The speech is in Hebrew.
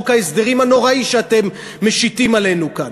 ההסדרים הנוראי שאתם משיתים עלינו כאן.